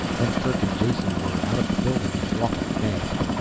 then kerk and jason were out of the building and walking fast.